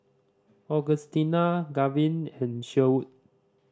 Augustina Gavin and Sherwood